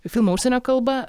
filmą užsienio kalba